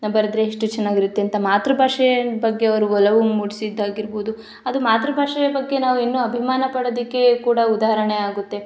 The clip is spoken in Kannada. ಬರೆದ್ರೆ ಎಷ್ಟು ಚೆನ್ನಾಗಿರುತ್ತೆ ಅಂತ ಮಾತೃಭಾಷೆ ಬಗ್ಗೆ ಅವರು ಒಲವು ಮೂಡಿಸಿದ್ದಾಗಿರ್ಬೌದು ಅದು ಮಾತೃಭಾಷೆಯ ಬಗ್ಗೆ ನಾವು ಇನ್ನೂ ಅಭಿಮಾನ ಪಡೋದಕ್ಕೆ ಕೂಡ ಉದಾಹರಣೆ ಆಗುತ್ತೆ